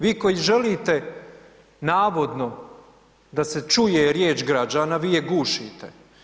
Vi koji želite navodno da se čuje riječ građana, vi je gušite.